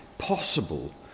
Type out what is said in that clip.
Possible